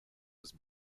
was